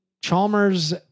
Chalmers